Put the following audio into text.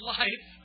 life